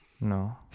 No